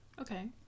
Okay